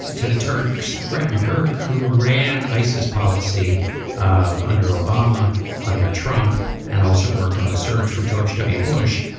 and to the term. brett mcgurk who ran isis policy um under obama under trump and also worked on the surge for george w. bush